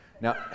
Now